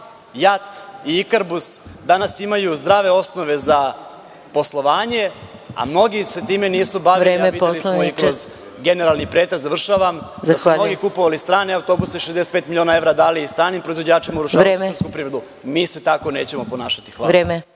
JAT i „Ikarbus“ danas imaju zdrave osnove za poslovanje, a mnogi se time nisu bavili, a videli smo i kroz generalni pretres…(Predsednik: Vreme.)Završavam. … da su oni kupovali strane autobuse, 65 miliona evra dali stranim proizvođačima, urušavali srpsku privredu. Mi se tako nećemo ponašati. Hvala.